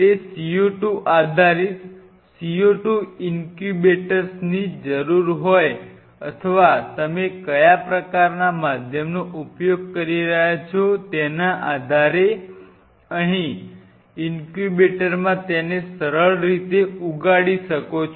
તે CO2 આધારિત CO2 ઇન્ક્યુબેટરની જરૂર હોય અથવા તમે કયા પ્રકારનાં માધ્યમનો ઉપયોગ કરી રહ્યા છો તેના આધારે અહીં ઇનક્યુબેટરમાં તેને સરળ રીતે ઉગાડી શકો છો